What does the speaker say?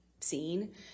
scene